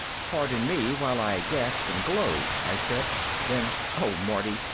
pardon me while i gasp and glow, i said. then, oh marty,